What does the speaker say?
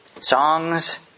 songs